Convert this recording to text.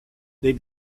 they